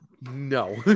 No